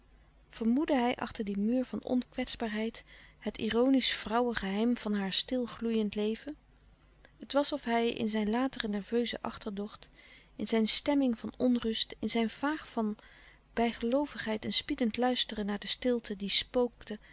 vermoedde hij achter die muur van onkwetsbaarheid het ironisch vrouwegeheim van haar stil gloeiend leven het was of hij in zijn latere nerveuze achterdocht in zijn stemming van onrust in zijn vaag van bijgeloovigheid en spiedend luisteren naar de stilte die spookte